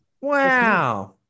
Wow